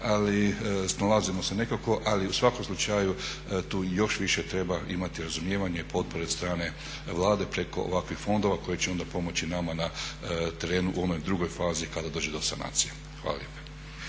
Ali snalazimo se nekako i u svakom slučaju tu još više treba imati razumijevanja i potpore od strane Vlade preko ovakvih fondova koji će onda pomoći nama terenu u onoj drugoj fazi kada dođe do sanacije. Hvala lijepo.